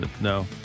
No